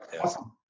Awesome